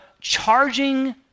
charging